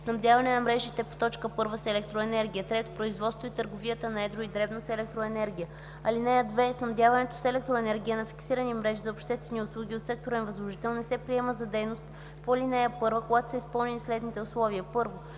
снабдяване на мрежите по т. 1 с електроенергия; 3. производството и търговията на едро и дребно с електроенергия. (2) Снабдяването с електроенергия на фиксирани мрежи за обществени услуги от секторен възложител не се приема за дейност по ал. 1, когато са изпълнени следните условия: